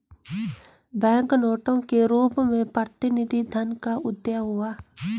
bank नोटों के रूप में प्रतिनिधि धन का उदय हुआ